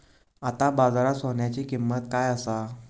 आता बाजारात सोन्याची किंमत काय असा?